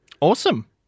Awesome